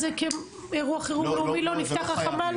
זה כאירוע חירום לאומי לא נפתח החמ"ל?